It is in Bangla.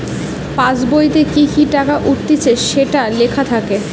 পাসবোইতে কি কি টাকা উঠতিছে সেটো লেখা থাকে